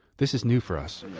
this is new for us